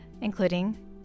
including